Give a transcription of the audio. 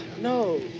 no